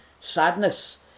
sadness